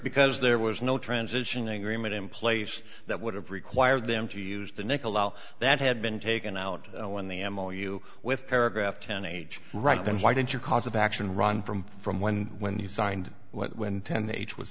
because there was no transition agreement in place that would have required them to use the nikolaus that had been taken out when the ammo you with paragraph ten age right then why didn't you cause of action run from from when when you signed when tender age was